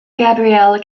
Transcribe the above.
gabriel